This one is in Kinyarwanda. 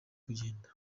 kugenda